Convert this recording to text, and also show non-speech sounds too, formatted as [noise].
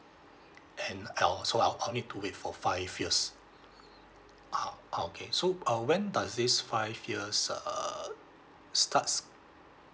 and I'll also I'll I'll need to wait for five years [breath] ah ah okay so uh when does this five years err starts